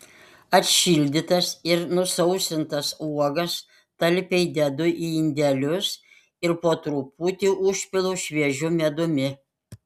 atšildytas ir nusausintas uogas talpiai dedu į indelius ir po truputį užpilu šviežiu medumi